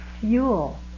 fuel